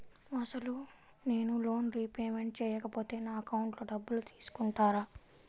అసలు నేనూ loan repayment చేయకపోతే నా అకౌంట్లో డబ్బులు తీసుకుంటారా?